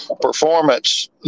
performance